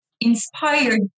inspired